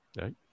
Right